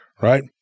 right